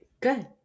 Good